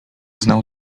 znał